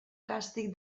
càstig